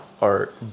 art